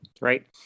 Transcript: right